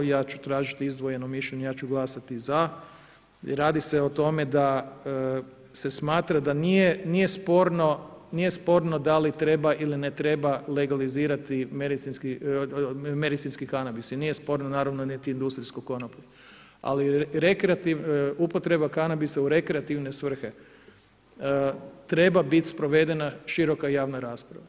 Ja ću tražiti izdvojeno mišljenje, ja ću glasati za i radi se o tome da se smatra da nije sporno da li treba ili ne treba legalizirati medicinski kanabis i nije sporno naravno niti industrijska konoplja, ali upotreba kanabisa u rekreativne svrhe treba biti sprovedena široka javna rasprava.